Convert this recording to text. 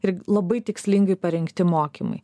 ir labai tikslingai parengti mokymai